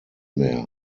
mehr